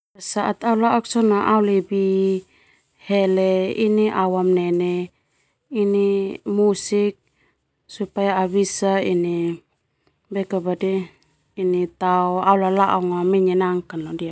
Saat au laok au lebih hele au amanene musik supaya au tao au lalao na menyenangkan.